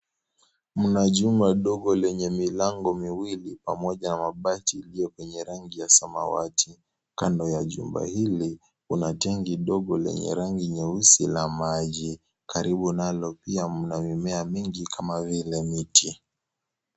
Mna jumba dogo lenye milango miwili pamoja na mabati iliyo kwenye rangi ya samawati, kando ya jumba hili kuna tenki dogo lenye rangi nyeusi la maji, karibu nalo pia mna mimea mingi kama vile miti.